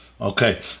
Okay